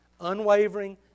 Unwavering